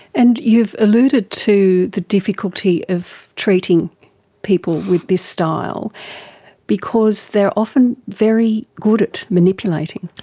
and you've alluded to the difficulty of treating people with this style because they are often very good at manipulating.